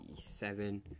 seven